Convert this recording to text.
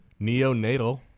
Neonatal